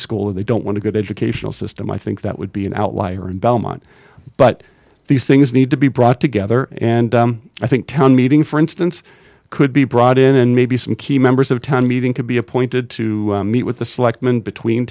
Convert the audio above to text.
school if they don't want to get educational system i think that would be an outlier in belmont but these things need to be brought together and i think town meeting for instance could be brought in and maybe some key members of town meeting could be appointed to meet with the selectmen between